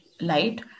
light